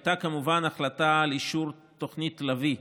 הייתה כמובן ההחלטה על אישור תוכנית לביא,